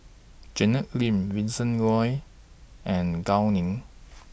Janet Lim Vincent Leow and Gao Ning